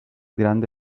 grande